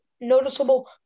noticeable